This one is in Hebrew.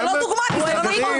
זו לא דוגמה כי זה לא נכון.